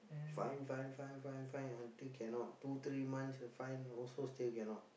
find find find find find until cannot two three months find also still cannot